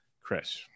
Chris